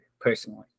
personally